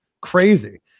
Crazy